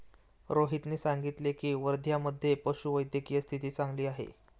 रोहितने सांगितले की, वर्ध्यामधे पशुवैद्यकीय स्थिती चांगली आहे